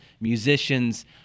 musicians